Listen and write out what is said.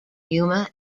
yuma